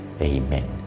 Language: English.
Amen